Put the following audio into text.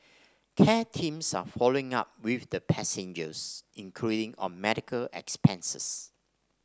care teams are following up with the passengers including on medical expenses